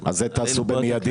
אז את ההתאמה הזו תעשו במיידי?